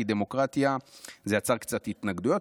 כי "דמוקרטיה" זה יצר קצת התנגדויות.